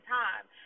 time